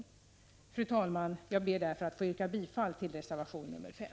nellt kulturellt samarbete Fru talman! Jag ber att få yrka bifall till reservation nr 5.